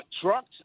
trucks